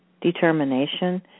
determination